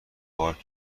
پارک